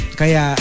kaya